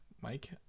Mike